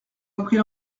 appris